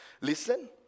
Listen